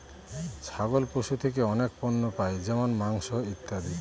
ছাগল পশু থেকে অনেক পণ্য পাই যেমন মাংস, ইত্যাদি